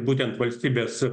būtent valstybės